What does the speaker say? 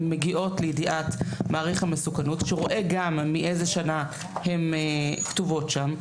הן מגיעות לידיעת מעריך המסוכנות שרואה גם מאיזה שנה הן כתובות שם,